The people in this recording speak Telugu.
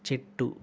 చెట్టు